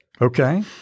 Okay